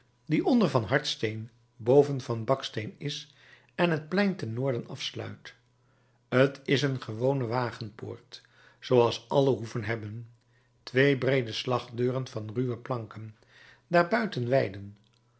die onder van hardsteen boven van baksteen is en het plein ten noorden afsluit t is een gewone wagenpoort zooals alle hoeven hebben twee breede slagdeuren van ruwe planken daarbuiten weiden